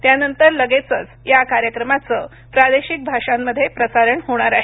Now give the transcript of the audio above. त्यानंतर लगेचच या कार्यक्रमाचं प्रादेशिक भाषांमध्ये प्रसारण होणार आहे